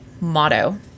motto